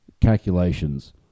calculations –